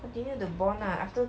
continue the bond lah after